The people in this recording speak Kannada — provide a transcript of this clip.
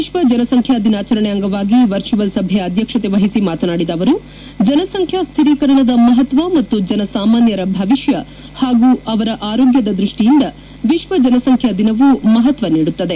ವಿಶ್ವ ಜನಸಂಖ್ಯಾ ದಿನಾಚರಣೆ ಅಂಗವಾಗಿ ವರ್ಚುವಲ್ ಸಭೆಯ ಅಧ್ಯಕ್ಷತೆ ವಹಿಸಿ ಮಾತನಾಡಿದ ಅವರು ಜನಸಂಖ್ಯಾ ಶ್ವಿರೀಕರಣದ ಮಹತ್ವ ಮತ್ತು ಜನ ಸಾಮಾನ್ವರ ಭವಿಷ್ಯ ಹಾಗೂ ಅವರ ಆರೋಗ್ವದ ದೃಷ್ಟಿಯಿಂದ ವಿಶ್ವ ಜನಸಂಖ್ಯಾ ದಿನವು ಮಹತ್ವ ನೀಡುತ್ತದೆ